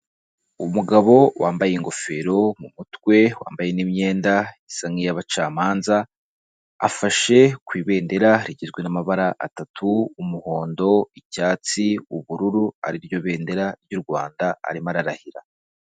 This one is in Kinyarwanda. Umugabo wambaye ingofero mu mutwe wambaye imyenda isa n'iyabacamanza, afashe ku ibendera rigizwe n'amabara atatu, umuhondo, icyatsi, ubururu ariryo bendera ry'u Rwanda arimo ararahira.